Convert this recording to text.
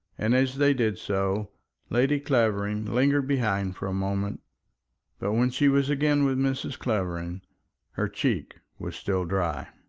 and as they did so lady clavering lingered behind for a moment but when she was again with mrs. clavering her cheek was still dry.